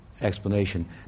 explanation